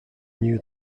knew